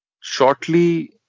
Shortly